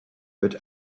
but